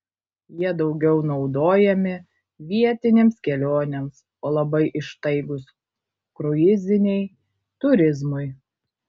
jie daugiau naudojami vietinėms kelionėms o labai ištaigūs kruiziniai turizmui